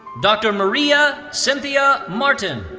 dr. maria cynthia martin.